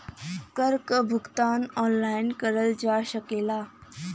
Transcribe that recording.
कर क भुगतान ऑनलाइन करल जा सकला